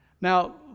Now